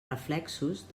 reflexos